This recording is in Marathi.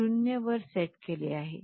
0 वर सेट केले आहे